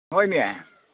ꯍꯣꯏꯅꯦ